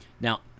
Now